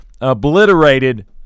obliterated